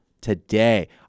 Today